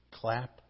clap